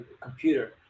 computer